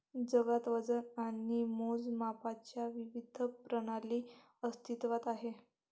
जगात वजन आणि मोजमापांच्या विविध प्रणाली अस्तित्त्वात आहेत